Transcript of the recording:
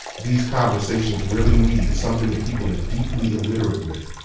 these conversations really need is something that people are deeply illiterate with,